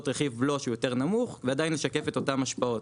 מחיר בלו שהוא יותר נמוך ועדיין לשקף את אותן השפעות,